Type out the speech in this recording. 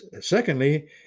Secondly